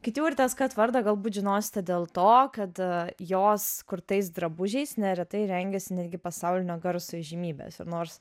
kiti urtės kat vardą galbūt žinosite dėl to kad jos kurtais drabužiais neretai rengiasi netgi pasaulinio garso įžymybės ir nors